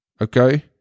okay